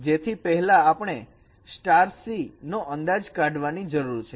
જેથી પહેલા આપણે C નો અંદાજ કાઢવાની જરૂર છે